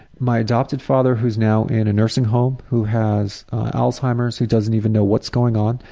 my adopted father, who's now in a nursing home, who has alzheimer's, who doesn't even know what's going on.